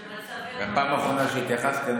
זו פעם אחרונה שהתייחסתי.